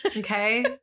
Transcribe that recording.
okay